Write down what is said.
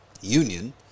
Union